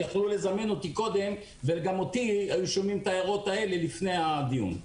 יכלו לזמן אותי קודם והיו שומעים את ההערות האלה לפני הדיון.